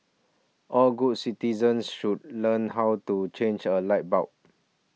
all good citizens should learn how to change a light bulb